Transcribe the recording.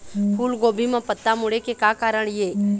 फूलगोभी म पत्ता मुड़े के का कारण ये?